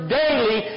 daily